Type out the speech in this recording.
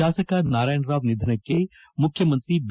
ಶಾಸಕ ನಾರಾಯಣರಾವ್ ನಿಧನಕ್ಕೆ ಮುಖ್ಯಮಂತ್ರಿ ಬಿ